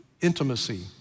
intimacy